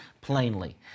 plainly